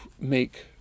make